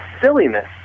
silliness